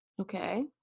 Okay